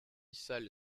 salle